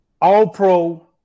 All-Pro